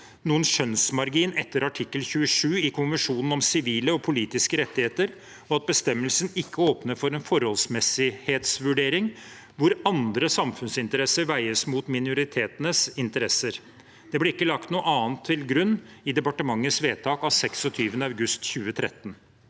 noen skjønnsmargin etter artikkel 27 i konvensjonen om sivile og politiske rettigheter, og at bestemmelsen ikke åpner for en forholdsmessighetsvurdering hvor andre samfunnsinteresser veies mot minoritetens interesser. Det ble ikke lagt noe annet til grunn i departementets vedtak av 26. august 2013.